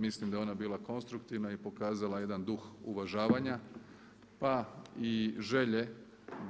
Mislim da je ona bila konstruktivna i pokazala jedan duh uvažavanja pa i želje